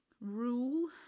rule